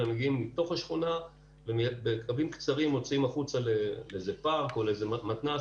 אלא מגיעים מתוך השכונה ובקווים קצרים מוציאים החוצה לפארק או למתנ"ס,